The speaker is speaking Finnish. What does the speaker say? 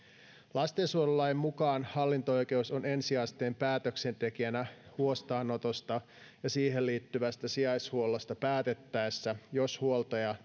lastensuojelulain mukaan hallinto oikeus on ensiasteen päätöksentekijänä huostaanotosta ja siihen liittyvästä sijaishuollosta päätettäessä jos huoltaja